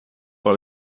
par